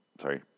sorry